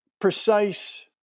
precise